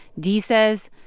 d says,